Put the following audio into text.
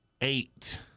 eight